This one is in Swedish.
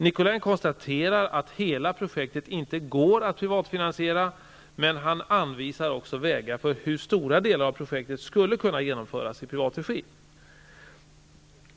Nicolin konstaterar att hela projektet inte går att privatfinansiera, men han anvisar också vägar för hur stora delar av projektet som skulle kunna genomföras i privat regi.